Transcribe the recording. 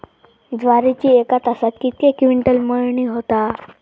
ज्वारीची एका तासात कितके क्विंटल मळणी होता?